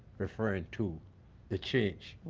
referring to the change?